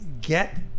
get